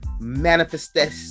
Manifestation